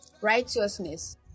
righteousness